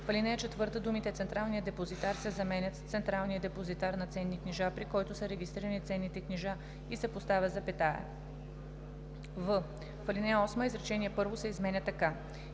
в ал. 4 думите „Централния депозитар“ се заменят с „централния депозитар на ценни книжа, при който са регистрирани ценните книжа“ и се поставя запетая; в) в ал. 8 изречение първо се изменя така: